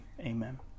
amen